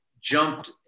jumped